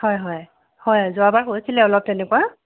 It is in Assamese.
হয় হয় হয় যোৱাবাৰ হৈছিলে অলপ তেনেকুৱা